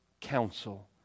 counsel